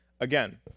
Again